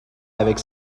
avec